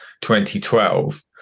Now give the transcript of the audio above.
2012